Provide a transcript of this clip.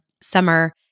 summer